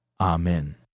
Amen